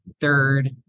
third